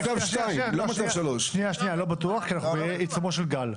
מצב 2. לא מצב 3. לא בטוח כי אנחנו נהיה בעיצומו של גל.